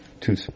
two